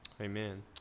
Amen